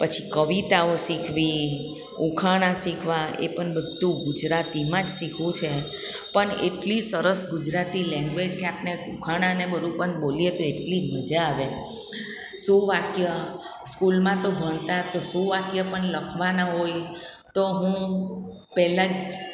પછી કવિતાઓ શીખવી ઉખાણા શીખવા એ પણ બધું ગુજરાતીમાં જ શીખવું છે પણ એટલી સરસ ગુજરાતી લેંગ્વેજ કે આપણને ઉખાણા ને બધું પણ બોલીએ તો એટલી મજા આવે સુવાક્ય સ્કૂલમાં તો ભણતા તો સુવાક્ય પણ લખવાના હોય તો હું પહેલા જ